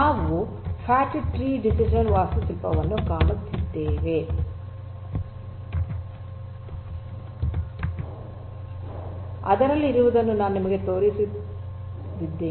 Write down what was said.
ನಾವು fat tree DCN ವಾಸ್ತುಶಿಲ್ಪವನ್ನು ಕಾಣುತ್ತಿದ್ದೇವೆ ಅದರಲ್ಲಿರುವದನ್ನು ನಾನು ನಿಮಗೆ ತೋರಿಸಲಿದ್ದೇನೆ